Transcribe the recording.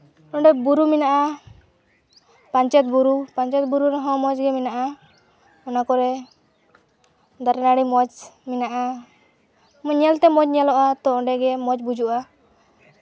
ᱚᱸᱰᱮ ᱵᱩᱨᱩ ᱢᱮᱱᱟᱜᱼᱟ ᱯᱟᱧᱪᱮᱛ ᱵᱩᱨᱩ ᱯᱟᱧᱪᱮᱛ ᱵᱩᱨᱩ ᱨᱮᱦᱚᱸ ᱢᱚᱡᱽ ᱜᱮ ᱢᱮᱱᱟᱜᱼᱟ ᱚᱱᱟ ᱠᱚᱨᱮ ᱫᱟᱨᱮ ᱱᱟᱹᱲᱤ ᱢᱚᱡᱽ ᱢᱮᱱᱟᱜᱼᱟ ᱧᱮᱞᱛᱮ ᱢᱚᱡᱽ ᱧᱮᱞᱚᱜᱼᱟ ᱛᱳ ᱚᱸᱰᱮᱜᱮ ᱢᱚᱡᱽ ᱵᱩᱡᱷᱟᱹᱜᱼᱟ